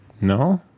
no